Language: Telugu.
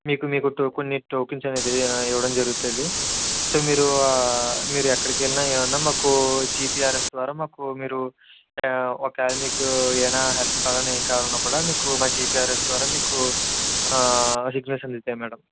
మీకు మీకు టోకు కొన్ని టోకన్స్ అనేది ఇవ్వడం జరుగుతుంది సో మీరూ మీరెక్కడికెళ్ళినా ఏమన్నా మాకూ జిపిఆర్ఎస్ ద్వారా మాకు మీరు ఒకేలా మీకు ఏదన్నా హెల్ప్ కావాలన్నా ఏం కావాలన్నా కూడా మీకు మా జిపిఆర్ఎస్ ద్వారా మీకు సిగ్నల్స్ అందుతాయి మ్యాడమ్